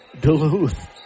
Duluth